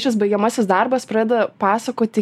šis baigiamasis darbas pradeda pasakoti